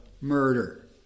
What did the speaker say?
murder